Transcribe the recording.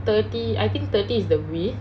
thirty I think thirty is the width